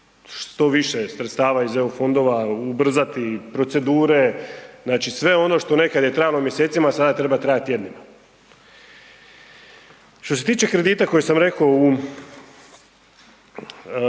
što više sredstava iz eu fondova, ubrzati procedure, sve ono što je nekad trajalo mjesecima sada treba trajati tjednima. Što se tiče kredita koje sam rekao u